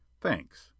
Thanks